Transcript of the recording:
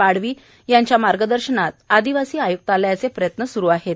पाडवी यांच्या मार्गदर्शनाखाली आदिवासी आयुक्तालयाचे प्रयत्न सुरु होते